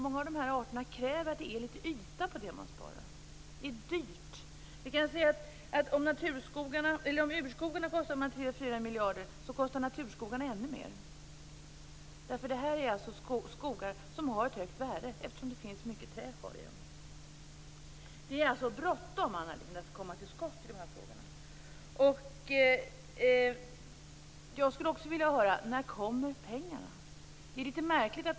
Många av dessa arter kräver att det finns litet yta på det man sparar. Det är dyrt. Om urskogarna kostar 3-4 miljarder, kostar naturskogarna ännu mer. Detta är skogar som har ett högt värde eftersom det finns mycket trä kvar i dem. Det är alltså bråttom, Anna Lindh, att komma till skott i de här frågorna. Jag skulle också vilja höra när pengarna kommer.